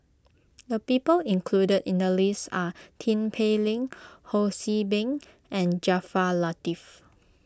the people included in the list are Tin Pei Ling Ho See Beng and Jaafar Latiff